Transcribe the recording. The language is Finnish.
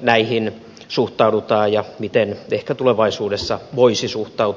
näihin suhtaudutaan ja miten ehkä tulevaisuudessa voisi suhtautua